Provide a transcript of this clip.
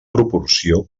proporció